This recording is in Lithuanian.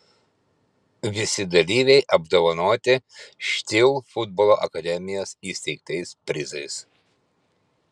visi dalyviai apdovanoti stihl futbolo akademijos įsteigtais prizais